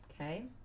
Okay